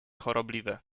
chorobliwe